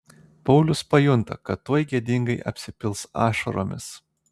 paulius pajunta kad tuoj gėdingai apsipils ašaromis